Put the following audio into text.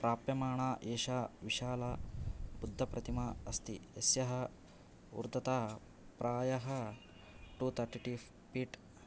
प्राप्यमणा एषा विशाला बुद्धप्रतिमा अस्ति यस्याः ऊर्ध्वता प्रायः टु थार्टी फीट्